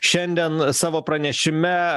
šiandien savo pranešime